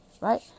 Right